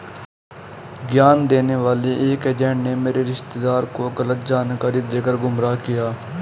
ऋण देने वाले एक एजेंट ने मेरे रिश्तेदार को गलत जानकारी देकर गुमराह किया